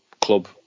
club